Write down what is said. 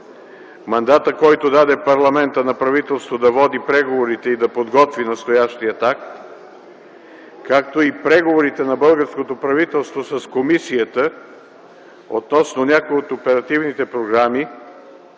мандатът, който парламентът даде на правителството да води преговорите и да подготви настоящия акт, както и преговорите на българското правителство с комисията относно някои от оперативните програми,